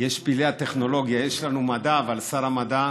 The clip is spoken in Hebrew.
יש את פלאי הטכנולוגיה, יש לנו מדע אבל שר המדע